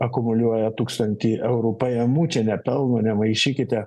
akumuliuoja tūkstantį eurų pajamų čia ne pelno nemaišykite